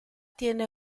tiene